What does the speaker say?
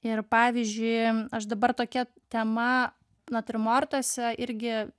ir pavyzdžiui aš dabar tokia tema natiurmortuose irgi